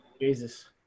Jesus